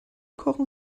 kochen